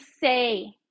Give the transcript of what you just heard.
say